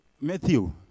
Matthew